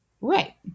Right